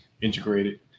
integrated